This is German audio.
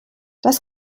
das